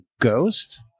ghost